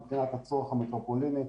מבחינת הצורך המטרופוליני,